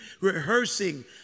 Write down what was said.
rehearsing